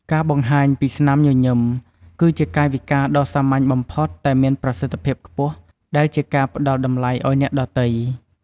ការបង្ហាញពីស្នាមញញឹមគឺជាកាយវិការដ៏សាមញ្ញបំផុតតែមានប្រសិទ្ធភាពខ្ពស់ដែលជាការផ្ដល់តម្លៃអោយអ្នកដទៃ។